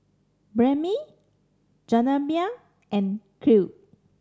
Banh Mi Jajangmyeon and Kheer